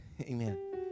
Amen